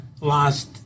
lost